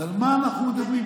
אז על מה אנחנו מדברים?